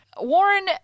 Warren